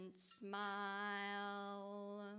smile